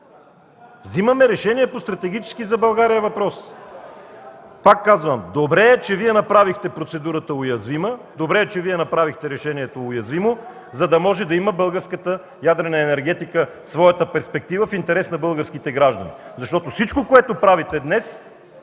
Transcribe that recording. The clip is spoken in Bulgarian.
Взимаме решение по стратегически за България въпрос. Пак казвам – добре е, че Вие направихте процедурата уязвима, добре е, че Вие направихте решението уязвимо, за да може българската ядрена енергетика да има своята перспектива в интерес на българските граждани. Защото всичко, което правите днес,